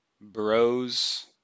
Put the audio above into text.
bros